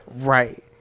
right